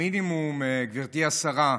המינימום, גברתי השרה,